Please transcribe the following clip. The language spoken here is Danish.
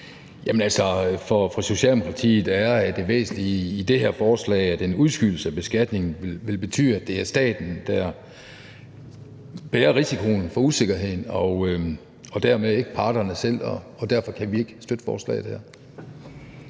For Socialdemokratiet er det væsentlige i det her forslag, at en udskydelse af beskatningen vil betyde, at det er staten, der bærer risikoen for usikkerheden, og dermed ikke parterne selv. Derfor kan vi ikke støtte forslaget her.